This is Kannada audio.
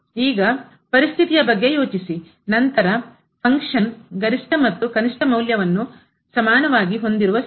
ಈಗ ಪರಿಸ್ಥಿತಿಯ ಬಗ್ಗೆ ಯೋಚಿಸಿ ನಂತರ ಫಂಕ್ಷನ್ ಕಾರ್ಯವು ಗರಿಷ್ಠ ಮತ್ತು ಕನಿಷ್ಠ ಮೌಲ್ಯವನ್ನು ಸಮಾನವಾಗಿ ಹೊಂದಿರುವ ಸ್ಥಳ